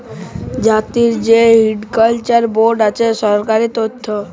জাতীয় যে horticulture board আছে সরকার থাক্যে